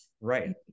Right